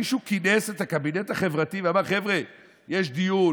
מישהו כינס את הקבינט החברתי ואמר: חבר'ה, יש דיון